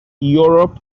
europe